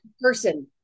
person